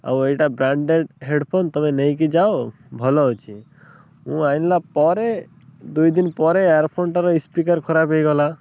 ଆଉ ଏଇଟା branded headphone ତୁମେ ନେଇକି ଯାଅ ଭଲ ଅଛି ମୁଁ ଆଣିଲା ପରେ ଦୁଇ ଦିନ ପରେ ଇୟର୍ ଫୋନଟାର ସ୍ପିକର୍ ଖରାପ ହେଇଗଲା